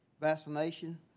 vaccination